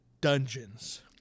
Dungeons